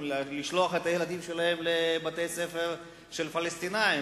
לשלוח את הילדים שלהם לבתי-ספר של פלסטינים,